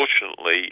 Unfortunately